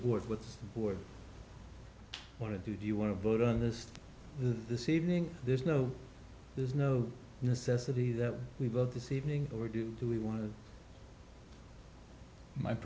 board with the board wanted to do you want to vote on this this evening there's no there's no necessity that we vote this evening or do we want to my